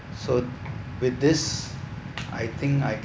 so with this I think I